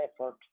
effort